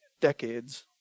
decades